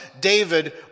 David